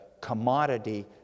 commodity